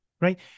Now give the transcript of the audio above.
Right